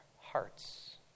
hearts